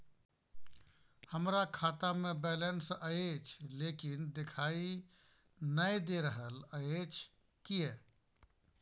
हमरा खाता में बैलेंस अएछ लेकिन देखाई नय दे रहल अएछ, किये?